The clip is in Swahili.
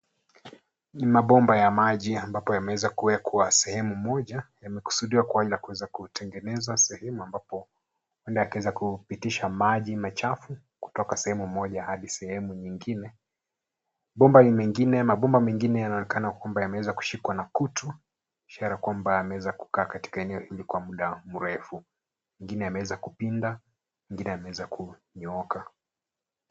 Ni mabomba ya maji ambapo yameweza kuwekwa sehemu moja, yamekusudiwa kwa ajili ya kuweza kutengeneza sehemu ambapo yule ataweza kupitisha maji machafu kutoka sehemu moja hadi sehemu nyingine. Mabomba mengine yanaonekana kwamba yameweza kushikwa na kutu, ishara kwamba yameweza kukaa katika eneo hili kwa muda mrefu, mengine yameweza kupinda, mengine yameweza kunyooka.